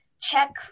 check